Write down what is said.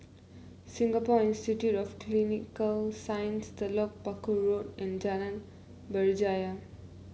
Singapore Institute for Clinical Sciences Telok Paku Road and Jalan Berjaya